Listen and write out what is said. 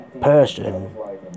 person